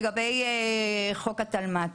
לגבי חוק התלמ"ת,